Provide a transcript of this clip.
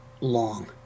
long